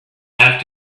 have